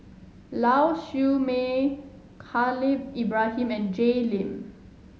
Lau Siew Mei Khalil Ibrahim and Jay Lim